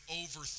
over